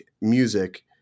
music